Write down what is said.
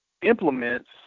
implements